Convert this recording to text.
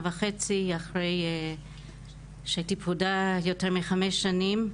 וחצי אחרי שהייתי פרודה יותר מחמש שנים.